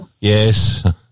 Yes